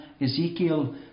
Ezekiel